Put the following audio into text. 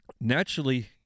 Naturally